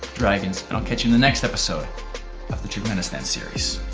dragons, and i'll catch you in the next episode of the turkmenistan series,